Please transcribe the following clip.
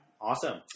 Awesome